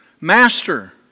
Master